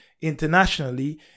internationally